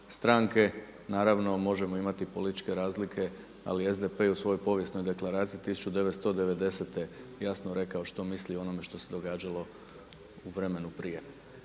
stranke. Naravno, možemo imati političke razlike, ali SDP je u svojoj povijesnoj deklaraciji 1990. jasno rekao što misli o onome što se događalo u vremenu prije.